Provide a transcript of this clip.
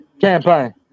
campaign